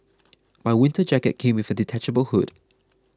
my winter jacket came with a detachable hood